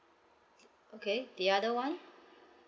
okay the other one